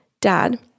Dad